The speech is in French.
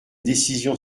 décision